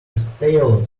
stale